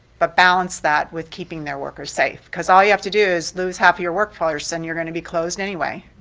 but balance that with keeping their workers safe. because all you have to do is lose half your workforce and you're going to be closed anyway.